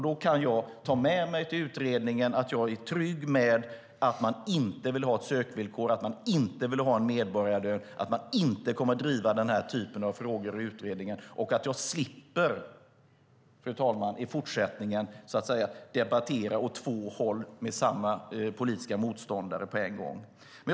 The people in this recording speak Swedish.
Då kan jag ta med mig till utredningen att jag är trygg med att man inte vill ha ett sökvillkor, att man inte vill ha en medborgarlön, att man inte kommer att driva den typen av frågor i utredningen och att jag i fortsättningen slipper debattera åt två håll med samma politiska motståndare på en gång, fru talman.